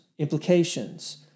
implications